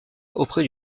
auprès